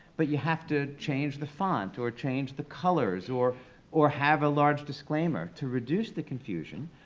but you have to change the font or change the colors or or have a large disclaimer to reduce the confusion,